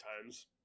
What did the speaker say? times